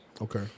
Okay